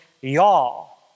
y'all